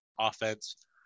offense